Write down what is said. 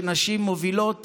שנשים מובילות